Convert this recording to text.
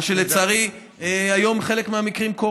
מה שלצערי היום קורה בחלק מהמקרים.